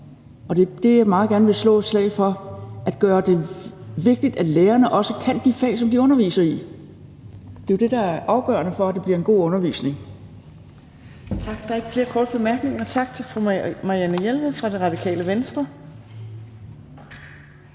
Og det, jeg meget gerne vil slå et slag for, er at gøre det vigtigt, at lærerne også kan de fag, som de underviser i; det er jo det, der er afgørende for, at det bliver en god undervisning. Kl. 15:45 Fjerde næstformand (Trine Torp): Tak. Der er ikke flere korte bemærkninger. Tak til fru Marianne Jelved fra Radikale Venstre.